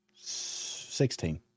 sixteen